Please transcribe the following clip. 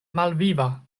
malviva